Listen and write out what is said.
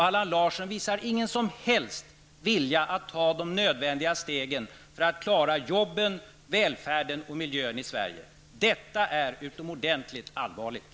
Allan Larsson visar ingen som helst vilja att ta de nödvändiga stegen för att klara jobben, välfärden och miljön i Sverige. Detta är utomordentligt allvarligt.